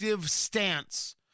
stance